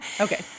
Okay